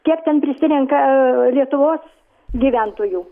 kiek ten prisirenka lietuvos gyventojų